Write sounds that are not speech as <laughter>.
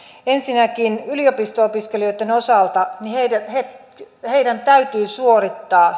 ensinnäkin yliopisto opiskelijoitten osalta heidän täytyy suorittaa <unintelligible>